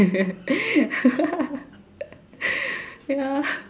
ya